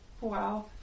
Wow